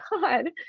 God